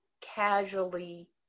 casually